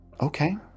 Okay